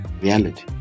reality